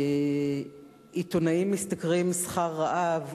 עיתונאים משתכרים שכר רעב,